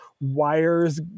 wires